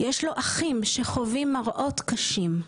יש לו אחים שחווים מראות קשים.